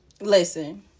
listen